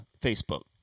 Facebook